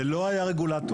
זה לא היה רגולטור.